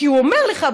כי הוא אומר לך,